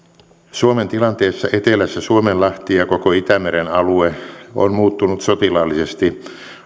suomen tilanteessa etelässä suomenlahti ja koko itämeren alue on muuttunut sotilaallisesti